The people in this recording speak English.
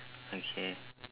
okay